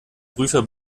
prüfer